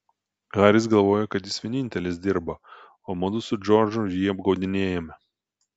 haris galvojo kad jis vienintelis dirba o mudu su džordžu jį apgaudinėjame